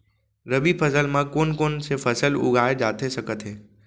रबि फसल म कोन कोन से फसल उगाए जाथे सकत हे?